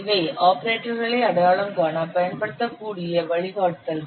இவை ஆபரேட்டர்களை அடையாளம் காண பயன்படுத்தக்கூடிய வழிகாட்டுதல்கள்